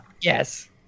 Yes